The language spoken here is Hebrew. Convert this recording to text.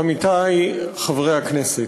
עמיתי חברי הכנסת,